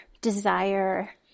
desire